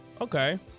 Okay